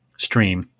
stream